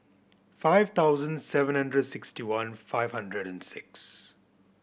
five thousand seven hundred sixty one five hundred and six